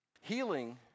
Healing